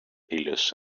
pillows